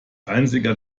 einziger